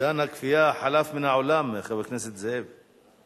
עידן הכפייה חלף מן העולם, חבר הכנסת זאב.